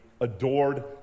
adored